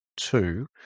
two